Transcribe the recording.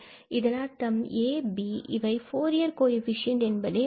இதன் அர்த்தம் இங்கு a and b இவை ஃபூரியர் கோஎஃபீஷியேன்ட் என்பதே ஆகும்